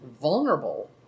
vulnerable